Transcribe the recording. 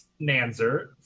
Nanzer